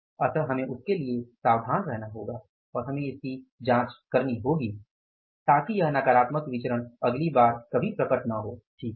इसलिए हमें उसके लिए सावधान रहना होगा और हमें इसकी जाँच करनी होगी ताकि यह नकारात्मक विचरण अगली बार कभी प्रकट न हो सही है